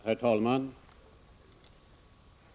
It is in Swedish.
Herr talman!